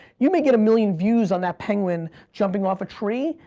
you may get a million views on that penguin jumping off a tree,